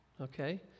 Okay